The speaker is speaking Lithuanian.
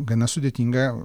gana sudėtinga